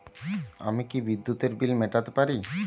আমি কি বিদ্যুতের বিল মেটাতে পারি?